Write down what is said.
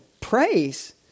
praise